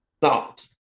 thought